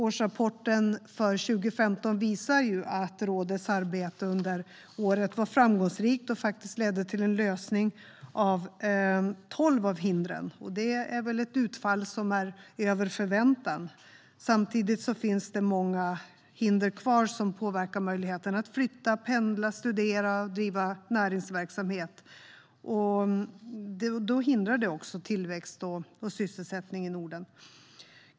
Årsrapporten för 2015 visar att rådets arbete under året var framgångsrikt och faktiskt ledde till en lösning av tolv av hindren. Det är ett utfall som är över förväntan. Samtidigt finns det många hinder kvar som påverkar möjligheten att flytta, pendla, studera och driva näringsverksamhet. Det hindrar tillväxt och sysselsättning i Norden.